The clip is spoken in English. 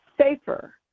safer